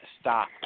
stop